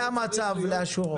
זה המצב לאשורו.